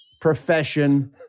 profession